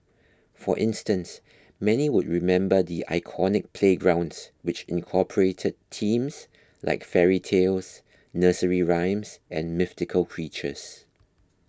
for instance many would remember the iconic playgrounds which incorporated themes like fairy tales nursery rhymes and mythical creatures